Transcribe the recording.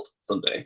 someday